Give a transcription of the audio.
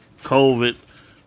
COVID